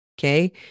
Okay